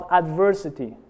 adversity